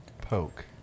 Poke